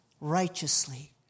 righteously